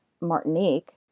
Martinique